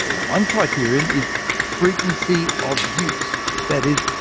ah one criterion is frequency of use, that is,